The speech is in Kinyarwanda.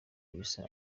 elsa